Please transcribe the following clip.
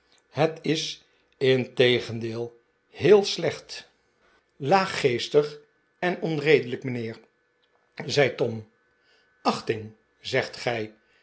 het is integendeel heel slecht laaggeesmaar ten chuzzlewit tig en onredelijk mijnheer zei tom achting zegt gij